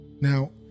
Now